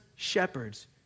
Shepherds